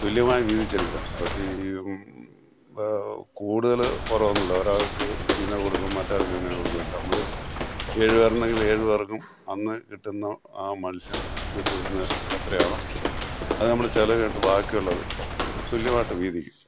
തുല്യമായി വീതിച്ചെടുക്കുകയാണ് അത് ഈ കൂടുതല് കുറവെന്നുമില്ല ഒരാൾക്ക് ഇന്നതു കൊടുക്കും മറ്റാൾക്ക് ഇന്നതു കൊടുക്കും ഇല്ല നമ്മള് ഏഴ് പേരുണ്ടെങ്കില് ഏഴുപേർക്കും അന്ന് കിട്ടുന്ന ആ മത്സ്യം വിറ്റുകിട്ടുന്നത് എത്രെയാണോ അത് നമ്മുടെ ചിലവു കഴിഞ്ഞിട്ട് ബാക്കിയുള്ളത് തുല്യമായിട്ട് വീതിക്കും